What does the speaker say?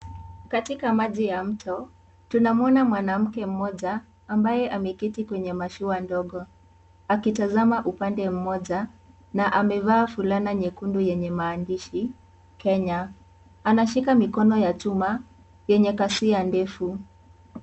Katika maji ya mto, tunamwona mwanamke mmoja ambaye ameketi kwenye mashua ndogo akitazama upande mmoja na amevaa fulana nyekundu yenye maandishi Kenya, ameshika mikono ya chuma yenye kasia ndefu.